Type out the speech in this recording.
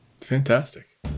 Fantastic